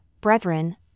brethren